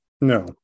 No